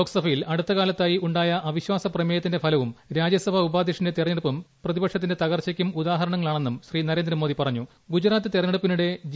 ലോക്സഭയിൽ അടുത്തകാലത്തായി ഉണ്ടായ അവിശ്വാസ പ്രമേയത്തിന്റെ ഫലവും രാജൃസഭാ ഉപാധൃക്ഷന്റെ തെരഞ്ഞെടുപ്പും പ്രതിപക്ഷത്തിന്റെ തകർച്ചയ്ക്കും ഉദാഹരണങ്ങളാണെന്നും തെരഞ്ഞെടൂപ്പിനിടെ ജി